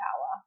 power